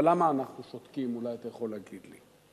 אבל למה אנחנו שותקים, אולי אתה יכול להגיד לי?